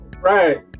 right